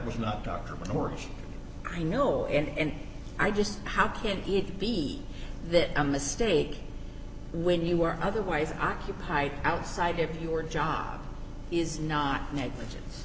more i know and i just how can it be that a mistake when you were otherwise occupied outside of your job is not negligence